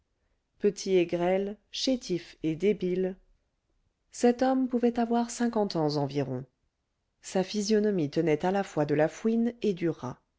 petit et grêle chétif et débile cet homme pouvait avoir cinquante ans environ sa physionomie tenait à la fois de la fouine et du rat